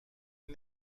این